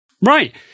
Right